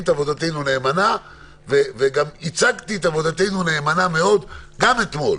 את עבודתנו נאמנה וגם ייצגתי את עבודתנו נאמנה מאוד גם אתמול.